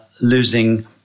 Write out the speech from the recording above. losing